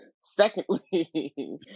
Secondly